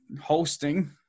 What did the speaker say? hosting